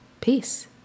Peace